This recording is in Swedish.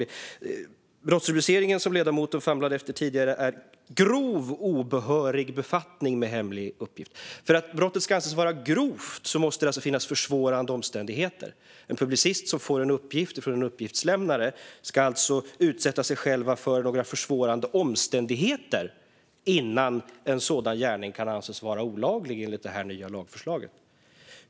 Den brottsrubricering som ledamoten famlade efter tidigare är grov obehörig befattning med hemlig uppgift. För att brottet ska anses vara grovt måste det alltså finnas försvårande omständigheter. En publicist som får en uppgift från en uppgiftslämnare ska alltså enligt det nya lagförslaget utsätta sig själv för försvårande omständigheter innan en sådan gärning kan anses vara olaglig.